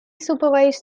supervised